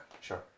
Sure